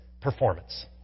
performance